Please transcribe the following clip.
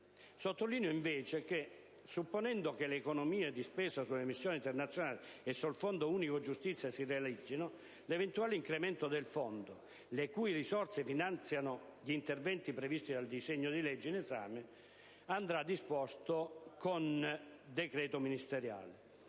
Sottolineo invece che, supponendo che le economie di spesa sulle missioni internazionali e sul Fondo unico per la giustizia si realizzino, l'eventuale incremento del fondo le cui risorse finanziano gli interventi previsti dal decreto-legge in esame andrà disposto con decreto ministeriale.